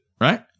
right